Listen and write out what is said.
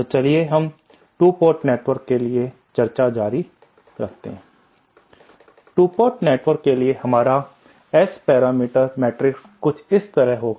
तो चलिए हम 2 पोर्ट नेटवर्क के लिए चर्चा जारी रखते हैं 2 पोर्ट नेटवर्क के लिए हमारा S पैरामीटर मैट्रिक्स कुछ इस तरह का होगा